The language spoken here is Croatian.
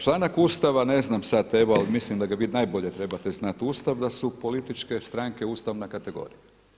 Članak Ustava, ne znam sada evo, ali misli da ga vi najbolje trebate znati, Ustav, da su političke stranke ustavna kategorija.